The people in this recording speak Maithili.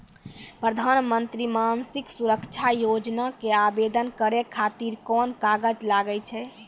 प्रधानमंत्री समाजिक सुरक्षा योजना के आवेदन करै खातिर कोन कागज लागै छै?